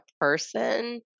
person